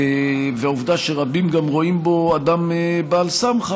והעובדה שרבים גם רואים בו אדם בר-סמכא,